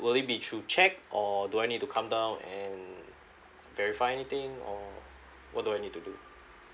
will it be through cheque or do I need to come down and verify anything or what do I need to do